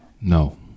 No